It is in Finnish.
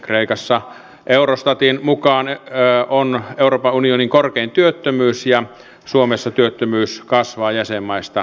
kreikassa eurostatin mukaan on euroopan unionin korkein työttömyys ja suomessa työttömyys kasvaa jäsenmaista nopeimmin